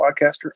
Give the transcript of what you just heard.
podcaster